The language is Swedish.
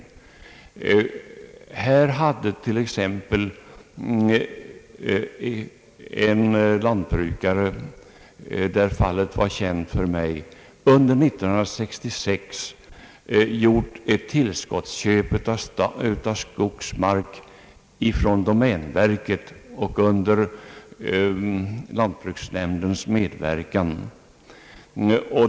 Det fall som jag kände till gällde en lantbrukare, som under 1966 hade gjort ett tillskottsköp av skogsmark från domänverket under lantbruksnämndens medverkan.